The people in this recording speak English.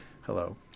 Hello